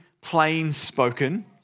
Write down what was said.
plain-spoken